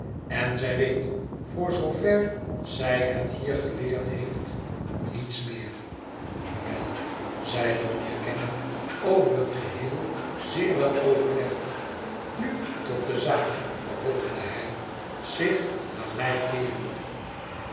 en zij weet voor zoover zij het hier geleerd heeft niets meer wel zeide mijnheer kenge over het geheel zeer wel overlegd nu tot de zaak vervolgde hij zich naar mij keerende